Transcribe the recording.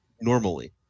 normally